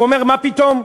הוא אומר: מה פתאום?